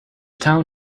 town